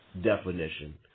definition